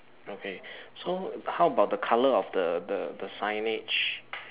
okay so how 'bout the colour of the the the signage